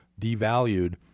devalued